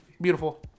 Beautiful